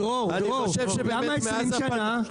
--- למה 20 שנה?